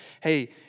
Hey